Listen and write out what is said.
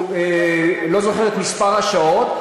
אני לא זוכר את מספר השעות,